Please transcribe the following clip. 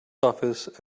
office